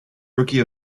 rookie